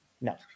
no